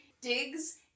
Digs